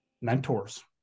mentors